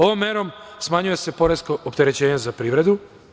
Ovom merom smanjuje se poresko opterećenje za privredu.